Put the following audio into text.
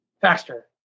faster